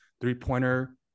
three-pointer